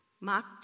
Mark